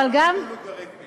הם לא למדו לוגריתמים.